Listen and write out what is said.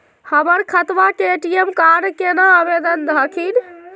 हमर खतवा के ए.टी.एम कार्ड केना आवेदन हखिन?